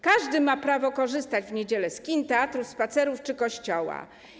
Każdy ma prawo korzystać w niedziele z kin, teatrów, ze spacerów czy z kościoła.